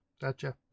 Gotcha